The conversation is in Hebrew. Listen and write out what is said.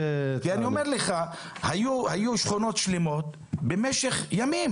כי אני אומר לך, היו שכונות שלמות, במשך ימים